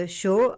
show